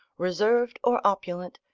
reserved or opulent,